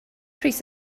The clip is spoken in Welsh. pris